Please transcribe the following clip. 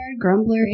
Grumbler